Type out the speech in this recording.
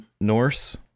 Norse